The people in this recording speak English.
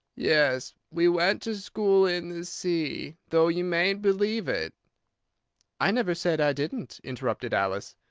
yes, we went to school in the sea, though you mayn't believe it i never said i didn't! interrupted alice.